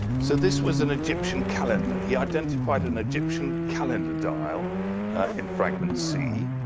so this was an egyptian calendar. he identified an egyptian calendar dial in fragment c.